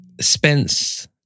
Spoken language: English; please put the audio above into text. Spence